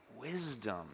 wisdom